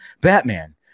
batman